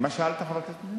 מה שאלת, חבר הכנסת זאב?